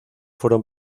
fueron